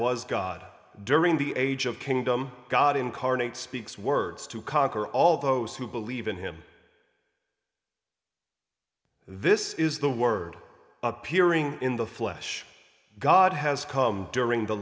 was god during the age of kingdom god incarnate speaks words to conquer all those who believe in him this is the word appearing in the flesh god has come during the